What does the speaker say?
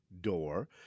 door